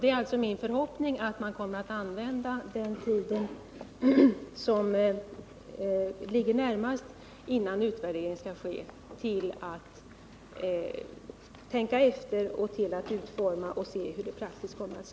Det är alltså min förhoppning att man kommer att använda tiden fram till utvärderingen till att tänka efter hur reglerna kommer att slå i praktiken.